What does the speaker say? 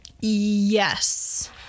Yes